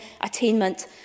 attainment